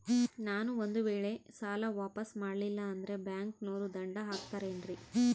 ನಾನು ಒಂದು ವೇಳೆ ಸಾಲ ವಾಪಾಸ್ಸು ಮಾಡಲಿಲ್ಲಂದ್ರೆ ಬ್ಯಾಂಕನೋರು ದಂಡ ಹಾಕತ್ತಾರೇನ್ರಿ?